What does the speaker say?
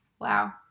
Wow